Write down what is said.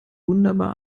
wunderbar